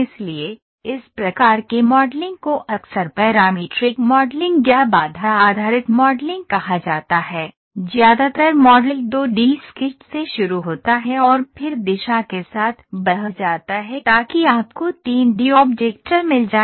इसलिए इस प्रकार के मॉडलिंग को अक्सर पैरामीट्रिक मॉडलिंग या कौनट्न आधारित मॉडलिंग कहा जाता है ज्यादातर मॉडल 2 डी स्केच से शुरू होता है और फिर दिशा के साथ बह जाता है ताकि आपको 3 डी ऑब्जेक्ट मिल जाए